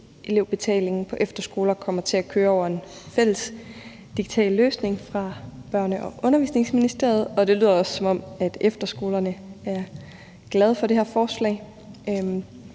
til elevbetalingen på efterskoler kommer til at køre over en fælles digital løsning hos Børne- og Undervisningsministeriet, og det lyder også, som om efterskolerne er glade for det her forslag.